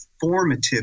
formative